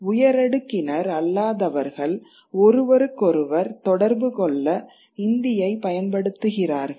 உயரடுக்கினர் அல்லாதவர்கள் ஒருவருக்கொருவர் தொடர்பு கொள்ள இந்தியை பயன்படுத்துகிறார்கள்